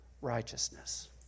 righteousness